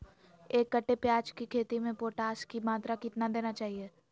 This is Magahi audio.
एक कट्टे प्याज की खेती में पोटास की मात्रा कितना देना चाहिए?